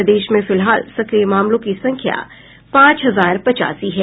प्रदेश में फिलहाल सक्रिय मामलों की संख्या पांच हजार पचासी है